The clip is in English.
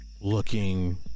looking